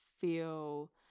feel